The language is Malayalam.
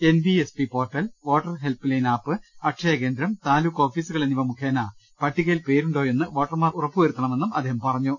N V S P portal voter helpline app അക്ഷയകേന്ദ്രം താലൂക്ക് ഓഫീസുകൾ എന്നിവ മുഖേന പട്ടികയിൽ പേരുണ്ടോയെന്ന് വോട്ടർമാർ ഉറപ്പുവരുത്തണമെന്നും അദ്ദേഹം പറഞ്ഞു